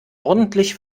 ordentlich